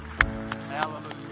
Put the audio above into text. Hallelujah